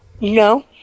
No